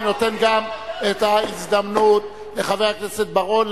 אני נותן גם את ההזדמנות לחבר הכנסת בר-און,